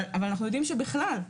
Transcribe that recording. אבל בכלל,